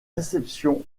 réceptions